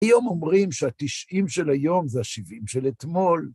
היום אומרים שה-90 של היום זה ה-70 של אתמול.